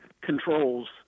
controls